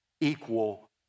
equal